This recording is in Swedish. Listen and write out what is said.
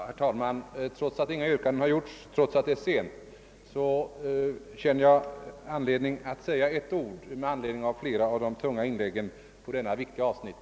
Herr talman! Trots att inga yrkanden gjorts och trots att det är sent känner jag mig föranlåten säga några ord med anledning av flera tunga inlägg på detta viktiga avsnitt.